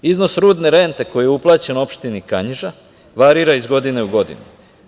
Iznos rudne rente koji je uplaćen opštini Kanjiža, varira iz godine u godinu.